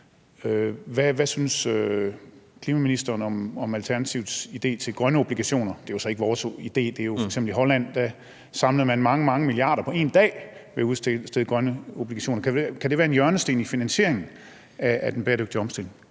Hvad synes klimaministeren om Alternativets idé om grønne obligationer? Eller det er jo ikke vores idé; f.eks. i Holland samlede man mange, mange milliarder på én dag ved at udstede grønne obligationer. Kan det være en hjørnesten i finansieringen af den bæredygtige omstilling?